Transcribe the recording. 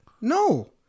no